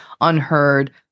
unheard